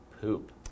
poop